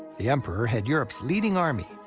the emperor had europe's leading army,